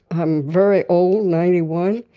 i'm very old, ninety one.